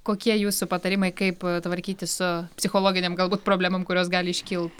kokie jūsų patarimai kaip tvarkytis su psichologinėm galbūt problemom kurios gali iškilt